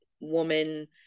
woman